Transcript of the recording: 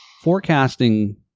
forecasting